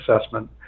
assessment